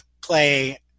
play